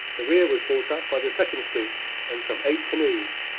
the rear was brought up by the second sloop and some eight canoes,